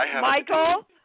Michael